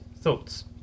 thoughts